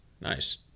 Nice